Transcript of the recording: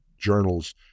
journals